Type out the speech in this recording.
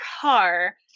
car